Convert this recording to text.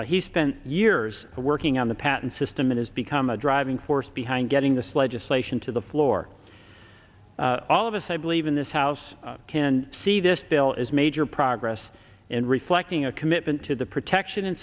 he spent years working on the patent system it has become a driving force behind getting this legislation to the floor all of us i believe in this house can see this bill is major progress and reflecting a commitment to the protection